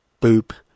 Boop